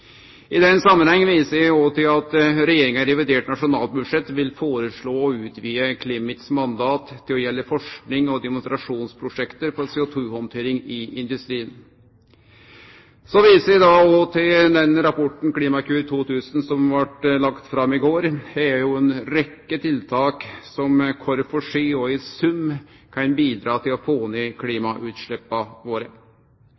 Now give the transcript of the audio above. I den samanhengen viser eg òg til at Regjeringa i revidert nasjonalbudsjett vil føreslå å utvide CLIMITs mandat til å gjelde forskings- og demonstrasjonsprosjekt for CO2-handtering i industrien. Så viser eg til rapporten Klimakur 2020, som blei lagd fram i går. Her er det ei rekkje tiltak som kvar for seg og i sum kan bidra til å få ned